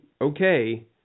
okay